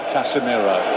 Casemiro